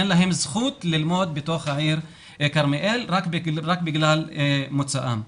אין להם זכות ללמוד בתוך העיר כרמיאל רק בגלל מוצאם.